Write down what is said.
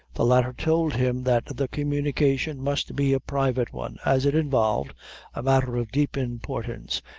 the latter told him that the communication must be a private one, as it involved a matter of deep importance,